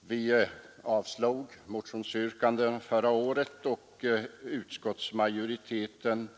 Vi avslog motionsyrkanden förra året, och utskottsmajoriteten